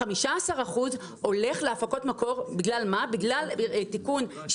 15% הולך להפקות מקור בגלל תיקון 44